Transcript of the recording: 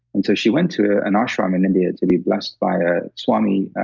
and so, she went to an ashram in india to be blessed by a swami.